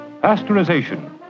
pasteurization